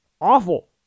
awful